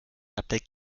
ableckt